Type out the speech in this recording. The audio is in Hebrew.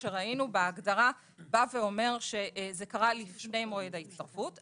שראינו בהגדרה אומר שזה קרה לפני מועד ההצטרפות,